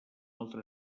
altra